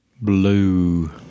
Blue